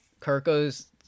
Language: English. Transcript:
Kirko's